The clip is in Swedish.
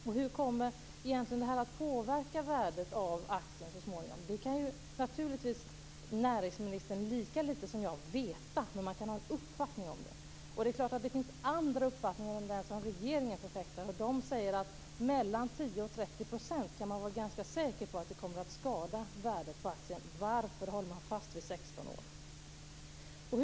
Och hur kommer egentligen detta att påverka värdet av aktien så småningom? Det kan ju naturligtvis näringsministern veta lika lite som jag, men man kan ha en uppfattning om det. Det är klart att det finns andra uppfattningar än den som regeringen förfäktar. Regeringen säger att man kan vara ganska säker på att det kommer att skada värdet på aktien med mellan 10 % och 30 %. Varför håller man fast vid 16 år?